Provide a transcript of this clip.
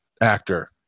actor